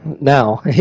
now